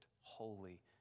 holy